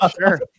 Sure